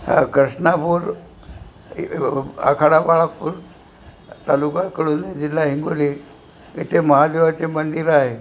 हा कृष्णापूर आखाडा बाळापूर तालुका कडून जिल्हा हिंगोली इथे महादेवाचे मंदिर आहे